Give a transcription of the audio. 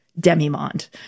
Demimond